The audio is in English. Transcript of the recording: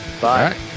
bye